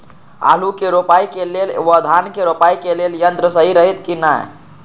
आलु के रोपाई के लेल व धान के रोपाई के लेल यन्त्र सहि रहैत कि ना?